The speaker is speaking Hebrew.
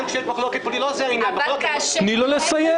גם כשיש מחלוקת בבחירות זה העניין --- אבל כאשר --- תני לו לסיים.